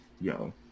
Yo